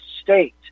state